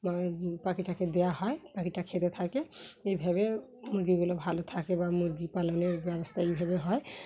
পাখিটাকে দেওয়া হয় পাখিটা খেতে থাকে এইভাবে মুরগিগুলো ভালো থাকে বা মুরগি পালনের ব্যবস্থা এইভাবে হয়